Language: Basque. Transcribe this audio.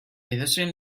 edozein